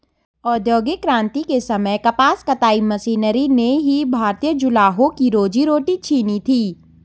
औद्योगिक क्रांति के समय कपास कताई मशीनरी ने ही भारतीय जुलाहों की रोजी रोटी छिनी थी